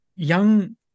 Young